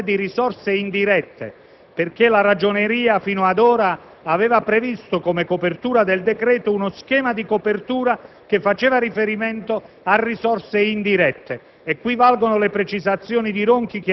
a prevedere l'utilizzazione di risorse indirette (ricordo che la Ragioneria, fino ad ora, aveva previsto come copertura del decreto uno schema di copertura